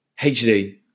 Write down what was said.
HD